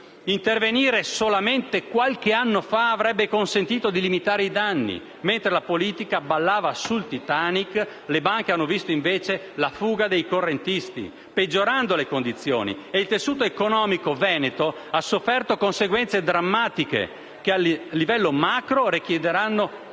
Intervenire solamente qualche anno fa avrebbe consentito di limitare i danni. Mentre la politica ballava sul Titanic, le banche hanno visto invece la fuga dei correntisti, peggiorando le condizioni. E il tessuto economico veneto ha subìto conseguenze drammatiche che, a livello macro, richiederanno